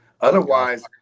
Otherwise